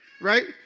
right